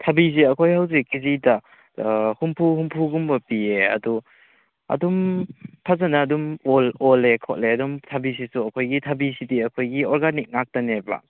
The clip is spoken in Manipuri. ꯊꯕꯤꯁꯤ ꯑꯩꯈꯣꯏ ꯍꯧꯖꯤꯛ ꯀꯦꯖꯤꯗ ꯍꯨꯝꯐꯨ ꯍꯨꯝꯐꯨꯒꯨꯝꯕ ꯄꯤꯌꯦ ꯑꯗꯣ ꯑꯗꯨꯝ ꯐꯖꯟꯅ ꯑꯗꯨꯝ ꯑꯣꯜꯂꯦ ꯈꯣꯠꯂꯦ ꯑꯗꯨꯝ ꯊꯕꯤꯁꯤꯁꯨ ꯑꯩꯈꯣꯏꯒꯤ ꯊꯕꯤꯁꯤꯗꯤ ꯑꯩꯈꯣꯏꯒꯤ ꯑꯣꯔꯒꯥꯅꯤꯛ ꯉꯥꯛꯇꯅꯦꯕ